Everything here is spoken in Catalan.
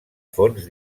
fons